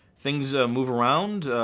things move around.